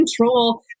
control